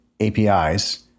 APIs